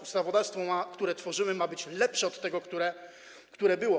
Ustawodawstwo, które tworzymy, ma być lepsze od tego, które było.